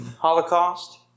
Holocaust